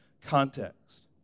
context